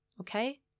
okay